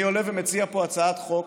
אני עולה ומציע פה הצעת חוק